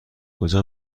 کجا